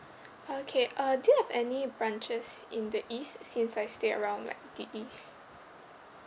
okay uh do you have any branches in the east since I stay around like the east